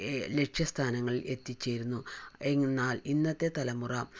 ലക്ഷ്യസ്ഥാനങ്ങളിൽ എത്തിച്ചേർന്നു എന്നാൽ ഇന്നത്തെ തലമുറ